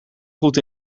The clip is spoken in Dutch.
goed